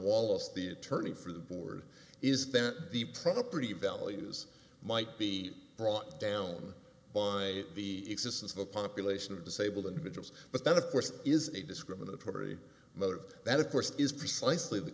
wallace the attorney for the board is that the property values might be brought down by the existence of a population of disabled individuals but that of course is a discriminatory motive that of course is precisely the